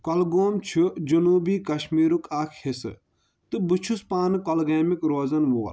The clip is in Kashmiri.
کۄلگوم چھُ جنوٗبی کَشمیٖرُک اکھ حِصہٕ تہٕ بہٕ چھُس پانہٕ کولگامیُک روزان وول